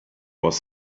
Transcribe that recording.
was